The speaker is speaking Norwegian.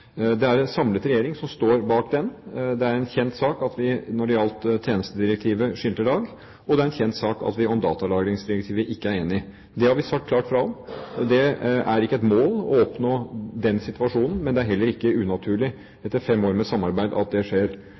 Det er en samlet regjering som står bak den. Det er en kjent sak at vi når det gjaldt tjenestedirektivet, skilte lag, og det er en kjent sak at vi om datalagringsdirektivet ikke er enige. Det har vi sagt klart fra om. Det er ikke et mål å oppnå den situasjonen, men det er heller ikke unaturlig etter fem år med samarbeid at det skjer.